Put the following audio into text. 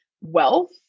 wealth